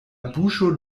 buŝo